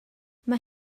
mae